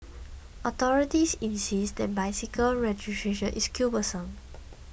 authorities insist that bicycle registration is cumbersome